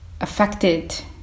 affected